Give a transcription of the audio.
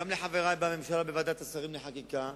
גם לחברי בממשלה, בוועדת השרים לחקיקה,